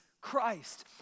Christ